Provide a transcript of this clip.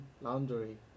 laundry